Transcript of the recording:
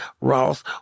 Ross